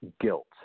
guilt